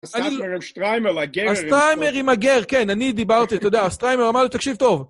הסטריימר עם הגר, כן, אני דיברתי, תודה. הסטריימר אמר לי תקשיב טוב.